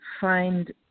find